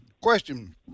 Question